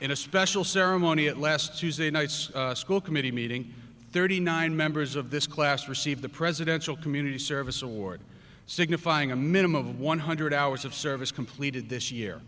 in a special ceremony at last tuesday night's school committee meeting thirty nine members of this class received the presidential community service award signifying a minimum of one hundred hours of service completed this year